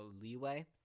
leeway